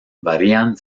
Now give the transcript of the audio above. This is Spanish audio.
varían